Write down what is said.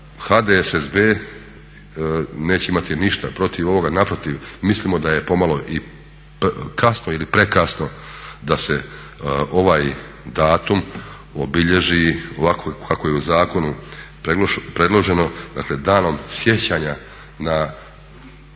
HDSSB neće imati ništa protiv ovoga, naprotiv mislimo da je pomalo kasno ili prekasno da se ovaj datum obilježi ovako kako je u zakonu predloženo, dakle danom sjećanja na 20.